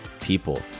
people